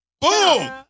Boom